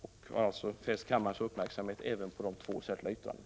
Jag har även fäst kammarens uppmärksamhet på de två särskilda yttrandena.